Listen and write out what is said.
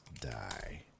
die